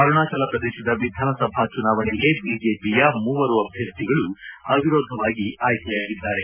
ಅರುಣಾಚಲ ಪ್ರದೇಶದ ವಿಧಾನಸಭಾ ಚುನಾವಣೆಗೆ ಬಿಜೆಪಿಯ ಮೂವರು ಅಭ್ಯರ್ಥಿಗಳು ಅವಿರೋಧವಾಗಿ ಆಯ್ಲೆ ಯಾಗಿದ್ದಾರೆ